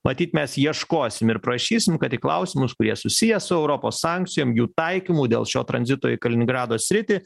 matyt mes ieškosim ir prašysim kad į klausimus kurie susiję su europos sankcijom jų taikymu dėl šio tranzito į kaliningrado sritį